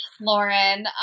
Lauren